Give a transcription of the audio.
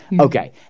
Okay